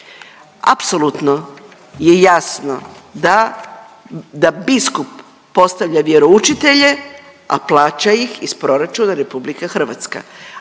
apsolutno je jasno da biskup postavlja vjeroučitelje, a plaća ih iz proračuna RH, apsolutno